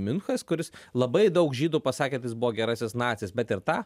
miunchas kuris labai daug žydų pasakė kad jis buvo gerasis nacis bet ir tą